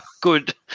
Good